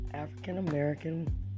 African-American